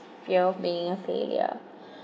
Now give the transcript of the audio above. fear of being a failure